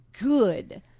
good